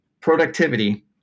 productivity